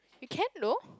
you can though